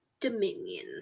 Dominion